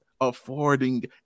affording